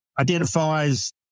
identifies